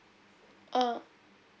uh